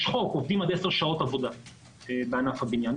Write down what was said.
יש חוק שעובדים עד 10 שעות עבודה בענף הבניין בכלל.